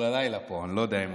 אני לא יודע אם הוא יחזיק מעמד.